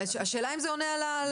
השאלה אם זה עונה על השאלה.